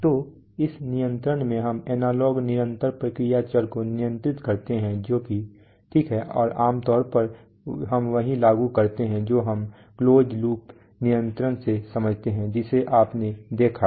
तो इस नियंत्रण में हम एनालॉग निरंतर प्रक्रिया चर को नियंत्रित करते हैं जो कि ठीक है और आमतौर पर हम वही लागू करते हैं जो हम क्लोज लूप नियंत्रण से समझते हैं जिसे आपने देखा है